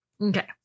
Okay